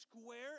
square